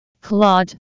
Claude